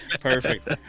Perfect